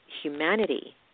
humanity